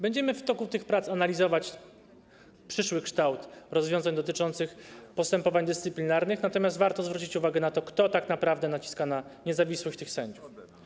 Będziemy w toku tych prac analizować przyszły kształt rozwiązań dotyczących postępowań dyscyplinarnych, natomiast warto zwrócić uwagę na to, kto tak naprawdę naciska na niezawisłość tych sędziów.